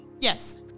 Yes